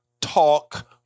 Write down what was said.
talk